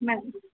ma'am